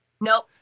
Nope